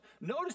Notice